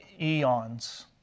eons